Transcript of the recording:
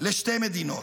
לשתי מדינות.